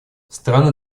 страны